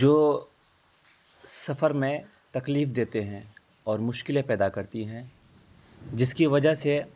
جو سفر میں تکلیف دیتے ہیں اور مشکلیں پیدا کرتی ہیں جس کی وجہ سے